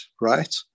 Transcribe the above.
right